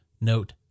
note